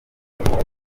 ufite